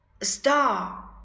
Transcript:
star